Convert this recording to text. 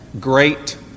great